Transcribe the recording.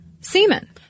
semen